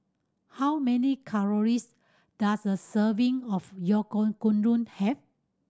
how many calories does a serving of Oyakodon have